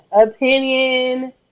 opinion